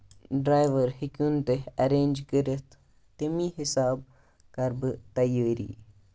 driver ہیٚکِوُن تُہۍ arrange کٔرِتھ تَمی حِسابہٕ کَرٕ بہٕ تیٲری